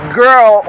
girl